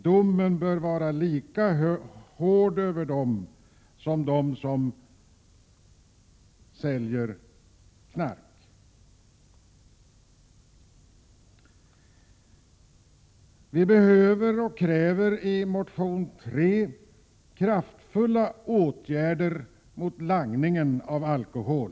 Domen bör vara lika hård över dem som langar alkohol som över dem som säljer knark. Vi kräver i reservation 3 kraftfulla åtgärder mot langningen av alkohol.